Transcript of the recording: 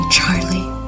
Charlie